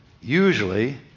usually